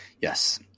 Yes